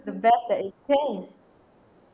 the best that it can